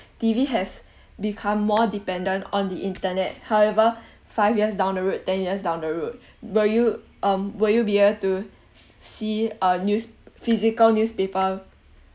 T_V has become more dependent on the internet however five years down the road ten years down the road will you um will you be able to see a news~ physical newspaper